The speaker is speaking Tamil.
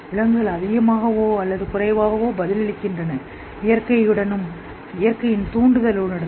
விலங்குகள் அதிகமாகவோ அல்லது குறைவாகவோ பதிலளிக்கின்றன இயற்கையுடனும் இயற்கையின் தூண்டுதலுடனும்